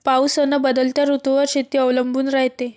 पाऊस अन बदलत्या ऋतूवर शेती अवलंबून रायते